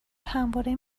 همواره